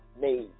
made